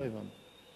לא הבנתי.